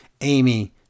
Amy